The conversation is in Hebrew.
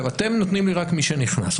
אתם נותנים לי רק מי שנכנס.